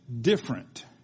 different